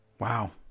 Wow